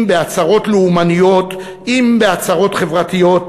אם בהצהרות לאומניות, אם בהצהרות חברתיות,